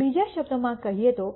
બીજા શબ્દોમાં કહીએ તો